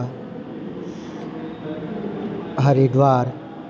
Haridwar